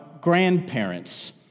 grandparents